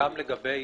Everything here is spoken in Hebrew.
לגבי